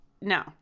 no